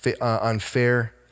unfair